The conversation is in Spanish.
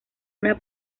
una